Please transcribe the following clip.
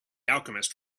alchemist